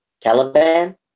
Caliban